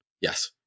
Yes